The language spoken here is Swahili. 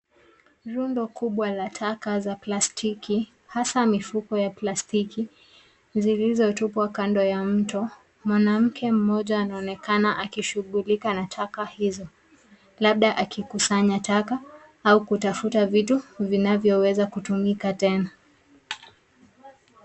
Rundo kubwa la taka za plastiki hasa mifuko ya plastiki zilizotupwa kando ya mto. Mwanamke mmoja anaonekana akishughulika na taka hizo, labda akikusanya taka au kutafuta vitu vinavyoweza kutumika tena.